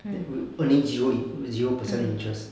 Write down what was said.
it will only zero err zero percent interest